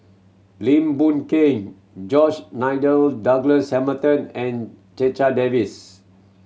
Lim Boon Keng George Nigel Douglas Hamilton and Checha Davies